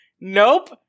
nope